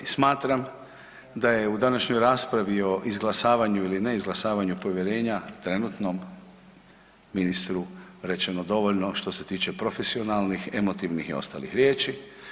Smatram da je u današnjoj raspravi o izglasavanju ili ne izglasavanju povjerenja trenutnom ministru rečeno dovoljno što se tiče profesionalnih, emotivnih i ostalih riječi.